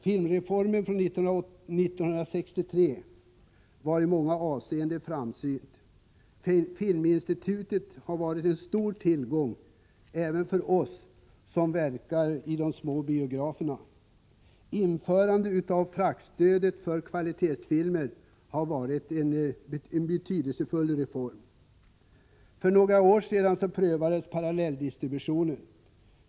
Filmreformen från 1963 var i många avseenden framsynt. Filminstitutet har varit en stor tillgång även för oss som verkar i de små biograferna. Införandet av fraktstöd för kvalitetsfilmer har varit en betydelsefull reform. För något år sedan prövades den s.k. parallelldistributionen.